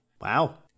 Wow